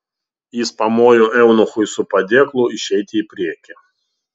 jis pamojo eunuchui su padėklu išeiti į priekį